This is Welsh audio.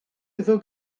iddo